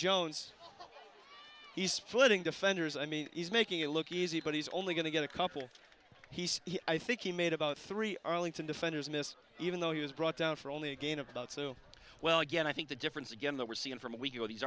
jones he's splitting defenders i mean he's making it look easy but he's only going to get a couple he's i think he made about three arlington defenders miss even though he was brought down for only again about so well again i think the difference again that we're seeing from a week ago these